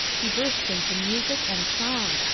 he bursts into music and song,